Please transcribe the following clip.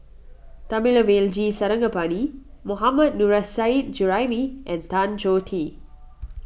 Thamizhavel G Sarangapani Mohammad Nurrasyid Juraimi and Tan Choh Tee